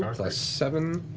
um plus seven,